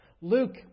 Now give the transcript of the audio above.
Luke